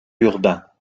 urbain